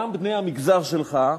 גם בני המגזר שלך,